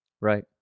Right